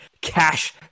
cash